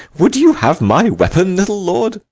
would you have my weapon, little lord?